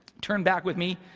turn back with me